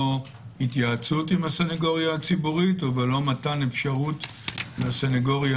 התייעצות עם הסנגוריה הציבורית וללא מתן אפשרות לסנגוריה